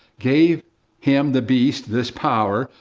gave him the beast, this power,